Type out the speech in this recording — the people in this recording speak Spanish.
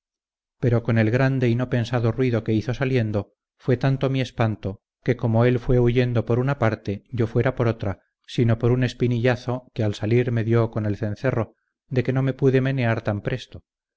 pero con el grande y no pensado ruido que hizo saliendo fué tanto mi espanto que como él fué huyendo por una parte yo fuera por otra sino por un espinillazo que al salir me dió con el cencerro de que no me pude menear tan presto